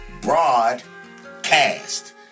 Broadcast